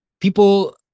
People